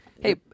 Hey